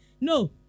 No